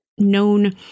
known